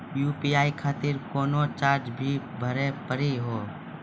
UPI खातिर कोनो charge भी भरी पड़ी हो?